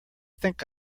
think